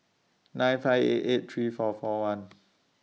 nine five eight eight three four four one